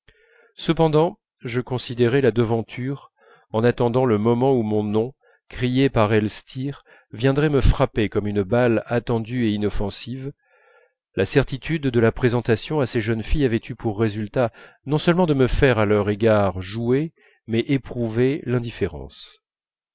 cependant je considérais la devanture en attendant le moment où mon nom crié par elstir viendrait me frapper comme une balle attendue et inoffensive la certitude de la présentation à ces jeunes filles avait eu pour résultat non seulement de me faire à leur égard jouer mais éprouver l'indifférence